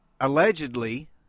allegedly